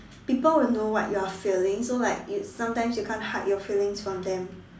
people will know what you are feeling so like you sometimes you can't hide your feelings from them